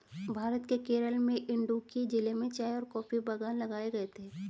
भारत के केरल के इडुक्की जिले में चाय और कॉफी बागान लगाए गए थे